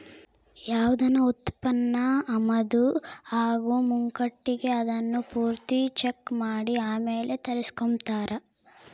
ಯಾವ್ದನ ಉತ್ಪನ್ನ ಆಮದು ಆಗೋ ಮುಂಕಟಿಗೆ ಅದುನ್ನ ಪೂರ್ತಿ ಚೆಕ್ ಮಾಡಿ ಆಮೇಲ್ ತರಿಸ್ಕೆಂಬ್ತಾರ